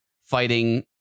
fighting